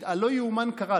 הלא-יאומן קרה,